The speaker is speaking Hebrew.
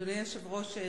אדוני היושב-ראש,